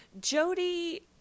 Jody